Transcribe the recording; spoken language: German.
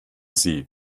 sie